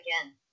again